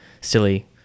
silly